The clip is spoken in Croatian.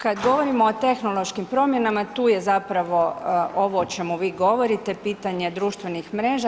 Kad govorimo o tehnološkim promjenama tu je zapravo ovo o čemu vi govorite, pitanje društvenih mreža.